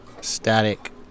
static